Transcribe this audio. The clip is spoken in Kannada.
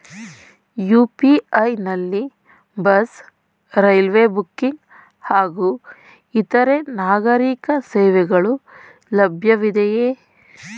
ಯು.ಪಿ.ಐ ನಲ್ಲಿ ಬಸ್, ರೈಲ್ವೆ ಬುಕ್ಕಿಂಗ್ ಹಾಗೂ ಇತರೆ ನಾಗರೀಕ ಸೇವೆಗಳು ಲಭ್ಯವಿದೆಯೇ?